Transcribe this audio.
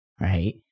right